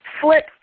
flip